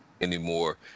anymore